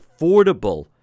affordable